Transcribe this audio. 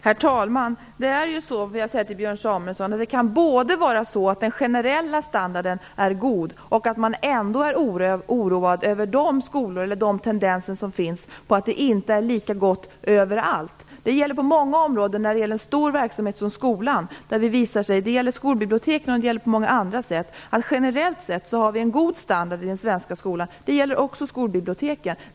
Herr talman! Det kan både vara så att den generella standarden är god och att man ändå är oroad över de tendenser som finns till att det inte är lika bra överallt. Det gäller på många områden när det handlar om en så stor verksamhet som skolan. Generellt har vi en god standard i den svenska skolan, även när det gäller skolbiblioteken.